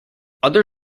other